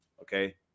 Okay